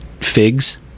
figs